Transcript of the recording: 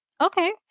Okay